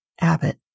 Abbott